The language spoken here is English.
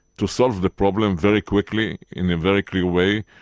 to solve the problem very quickly in a very clear way,